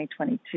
2022